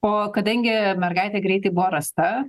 o kadangi mergaitė greitai buvo rasta